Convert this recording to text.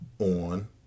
on